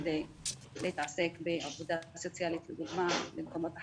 כדי להתעסק בעבודה סוציאלית לדוגמה במקומות אחרים,